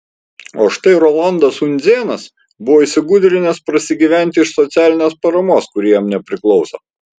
o štai rolandas undzėnas buvo įsigudrinęs prasigyventi iš socialinės paramos kuri jam nepriklauso